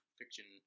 fiction